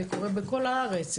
זה קורה בכל הארץ,